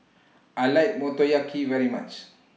I like Motoyaki very much